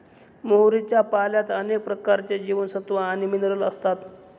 मोहरीच्या पाल्यात अनेक प्रकारचे जीवनसत्व आणि मिनरल असतात